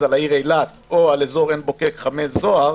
על העיר אילת או על אזור עין בוקק-חמי זוהר",